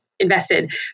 invested